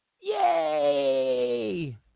Yay